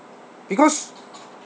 because